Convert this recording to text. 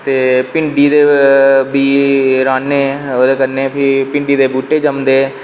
ते भिंडी दे बीऽ राह्न्ने ते ओह्दे कन्नै फ्ही भिंडी दे बूह्टे जम्मदे